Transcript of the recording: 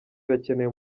irakenewe